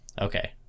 okay